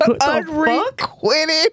unrequited